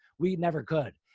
we never could.